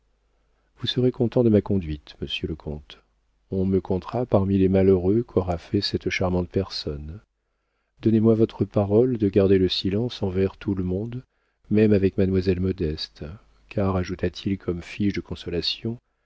vous serez content de ma conduite monsieur le comte on me comptera parmi les malheureux qu'aura faits cette charmante personne donnez-moi votre parole de garder le silence envers tout le monde même avec mademoiselle modeste car ajouta-t-il comme fiche de consolation